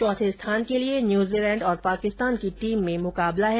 चौथे स्थान के लिये न्यूजीलैण्ड और पाकिस्तान की टीम में मुकाबला है